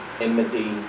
enmity